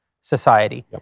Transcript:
society